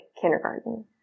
kindergarten